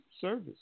service